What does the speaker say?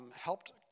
helped